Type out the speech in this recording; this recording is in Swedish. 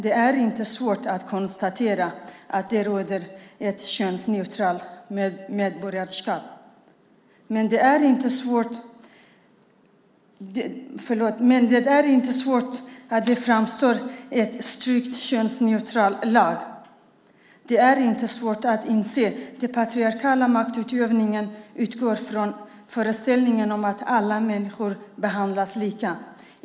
Det är inte så att det framstår som en strikt könsneutral lag. Det är inte svårt att inse att den patriarkala maktutövningen utgår från föreställningen om att alla människor behandlas lika.